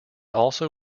also